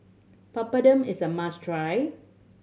papadum is a must try